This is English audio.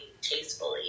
tastefully